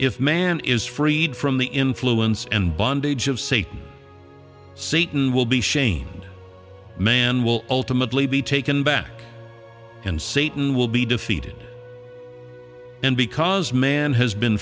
if man is freed from the influence and bondage of satan satan will be shamed man will ultimately be taken back and satan will be defeated and because man has been